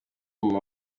mama